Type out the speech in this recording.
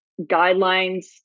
guidelines